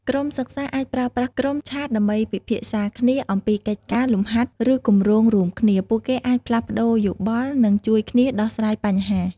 ក្រុមសិក្សាអាចប្រើប្រាស់ ក្រុមឆាត ដើម្បី ពិភាក្សាគ្នា អំពីកិច្ចការ លំហាត់ ឬគម្រោងរួមគ្នា។ ពួកគេអាចផ្លាស់ប្តូរយោបល់ និងជួយគ្នាដោះស្រាយបញ្ហា។